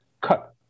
cut